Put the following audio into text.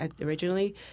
originally